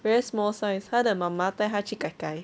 very small size 他的妈妈带去 gai gai